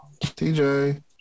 TJ